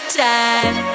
time